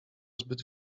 zbyt